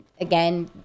again